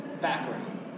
background